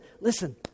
listen